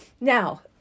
Now